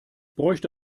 bräuchte